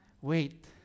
Wait